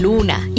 Luna